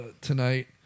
tonight